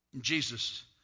Jesus